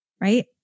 right